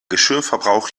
geschirrverbrauch